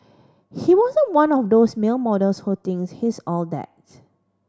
he wasn't one of those male models who thinks he's all that